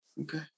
Okay